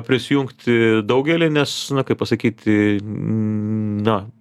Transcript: prisijungti daugelį nes na kaip pasakyti n na